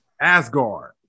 Asgard